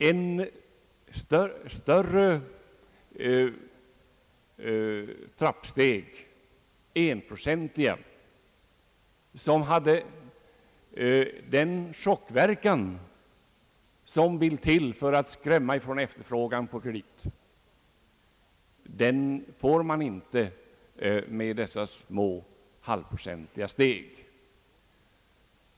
En höjning med en procent hade varit erforderlig för att nå den chockverkan som vill till för att verka avskräckande på dem som vill efterfråga krediter. En sådan verkan får man inte med dessa små halvprocentiga steg.